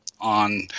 on –